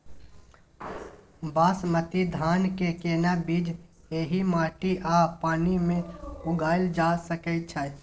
बासमती धान के केना बीज एहि माटी आ पानी मे उगायल जा सकै छै?